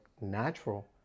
natural